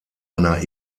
einer